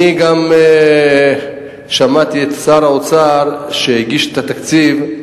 אני גם שמעתי את שר האוצר, שהגיש את התקציב.